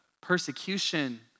persecution